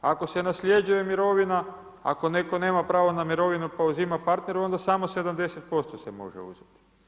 Ako se nasljeđuje mirovina, ako netko nema prava na mirovinu, pa uzima partneru, onda samo 70% se može uzeti.